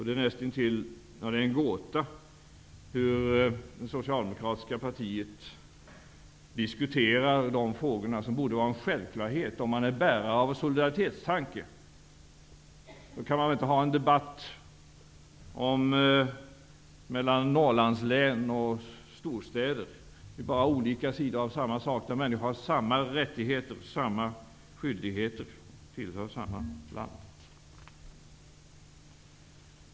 Det är en gåta hur socialdemokratin diskuterar de frågor som borde vara en självklarhet om man är bärare av solidaritetstanken. Då kan man inte föra en debatt mellan Norrlandslän och storstäder. Det är bara olika sidor av samma sak, där människorna har samma rättigheter och skyldigheter, och de tillhör samma land.